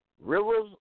rivers